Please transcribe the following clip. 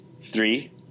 three